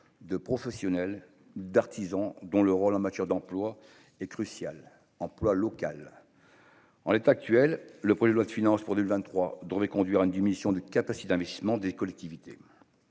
de professionnels d'artisans dont le rôle en matière d'emploi est crucial emploi local, en l'état actuel, le projet de loi de finances pour du le vingt-trois devait conduire à une diminution de quatre à six d'investissement des collectivités,